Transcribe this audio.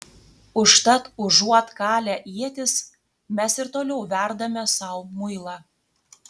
užtat užuot kalę ietis mes ir toliau verdame sau muilą